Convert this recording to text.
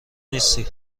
نیستی